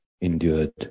endured